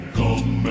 come